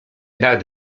nawet